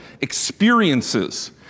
experiences